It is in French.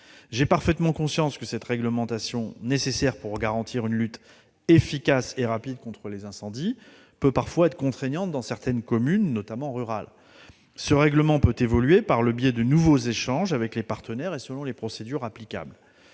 J'ai parfaitement conscience que cette réglementation, nécessaire pour garantir une lutte efficace et rapide contre les incendies, peut parfois être contraignante dans certaines communes, notamment rurales. Ce règlement peut évoluer par le biais de nouveaux échanges avec les partenaires et selon les procédures applicables.